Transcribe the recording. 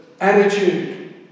Attitude